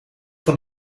van